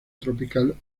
tropical